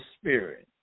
Spirit